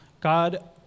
God